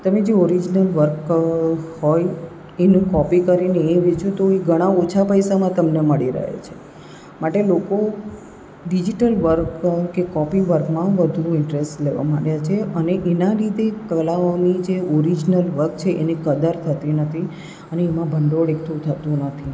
તમે જુઓ original work હોય એની કોપી કરીને એ વેચો તો એ ઘણા ઓછા પૈસામાં તમને મળી રહે છે માટે લોકો ડિજિટલ વર્ક કે કોપી વર્કમાં વધુ ઇન્ટરેસ્ટ લેવા માંડ્યા છે અને એના લીધે કલાઓની જે ઓરીજનલ વર્ક છે એની કદર થતી નથી અને એમાં ભંડોળ એકઠું થતું નથી